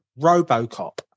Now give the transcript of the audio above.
Robocop